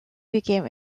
became